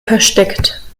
versteckt